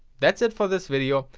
that's it for this video.